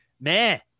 man